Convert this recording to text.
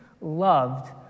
loved